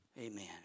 Amen